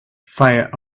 fire